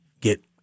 get